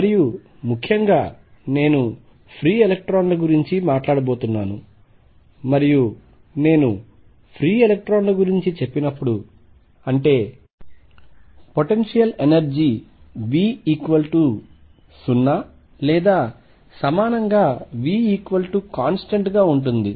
మరియు ముఖ్యంగా నేను ఫ్రీ ఎలక్ట్రాన్ ల గురించి మాట్లాడబోతున్నాను మరియు నేను ఫ్రీ ఎలక్ట్రాన్ ల గురించి చెప్పినప్పుడు అంటే పొటెన్షియల్ ఎనర్జీ V0 లేదా V కాన్స్టెంట్ గా ఉంటుంది